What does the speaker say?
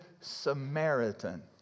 Samaritan